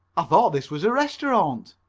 i thought this was a restaurant.